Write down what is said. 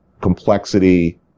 complexity